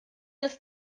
ist